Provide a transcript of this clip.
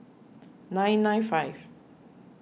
nine nine five